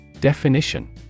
Definition